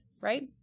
right